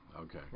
Okay